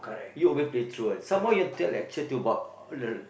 you alway play truant some more you have to lecture about